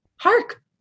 Hark